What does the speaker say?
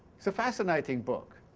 it's a fascinating book,